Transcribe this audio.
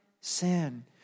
sin